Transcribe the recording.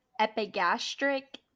epigastric